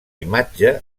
imatge